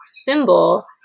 symbol